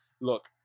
look